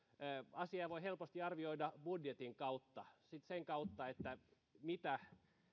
asiaa voi helposti arvioida budjetin kautta sen kautta mitä